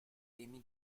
temi